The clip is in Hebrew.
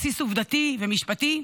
בסיס עובדתי ומשפטי,